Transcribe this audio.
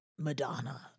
madonna